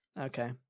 okay